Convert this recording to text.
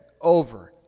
over